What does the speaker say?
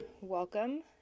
welcome